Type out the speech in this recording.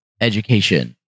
education